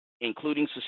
including